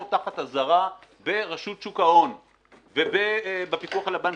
תחת אזהרה ברשות שוק ההון ובפיקוח על הבנקים,